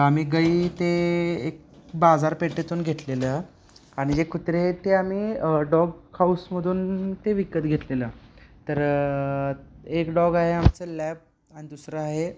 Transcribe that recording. आम्ही गाई ते एक बाजारपेठेतून घेतलेलं आणि जे कुत्रे आहेत ते आम्ही डॉगहाऊसमधून ते विकत घेतलेलं तर एक डॉग आहे आमचं लॅब आणि दुसरं आहे